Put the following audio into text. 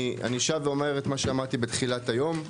אני שב ואומר את מה שאמרתי בתחילת היום,